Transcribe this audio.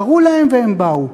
קראו להם והם באו.